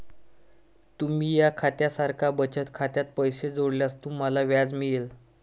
तुम्ही या खात्या सारख्या बचत खात्यात पैसे जोडल्यास तुम्हाला व्याज मिळेल